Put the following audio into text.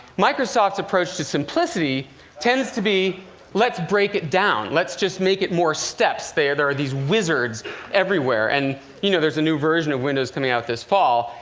microsoft's approach to simplicity tends to be let's break it down let's just make it more steps. there there are these wizards everywhere. and you know, there's a new version of windows coming out this fall.